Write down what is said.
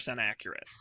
accurate